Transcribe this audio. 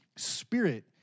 spirit